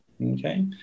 okay